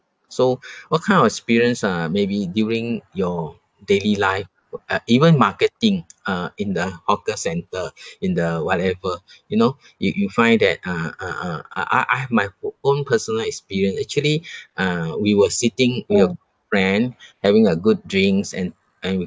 so what kind of experience uh maybe during your daily life uh even marketing uh in the hawker centre in the whatever you know you you find that uh uh uh uh uh I have my o~ own personal experience actually uh we were sitting with a friend having a good drinks and then we